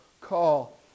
call